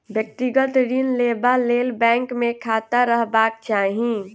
व्यक्तिगत ऋण लेबा लेल बैंक मे खाता रहबाक चाही